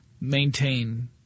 maintain